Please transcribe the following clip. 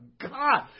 God